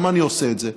למה אני עושה את זה?